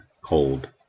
cold